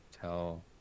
tell